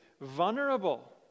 vulnerable